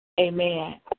Amen